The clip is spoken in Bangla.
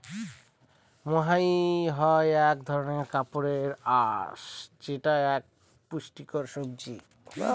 মহাইর হয় এক ধরনের কাপড়ের আঁশ যেটা এক পুষ্টিকর সবজি